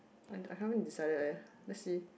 I I haven't decided eh let's see